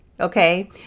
Okay